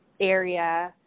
area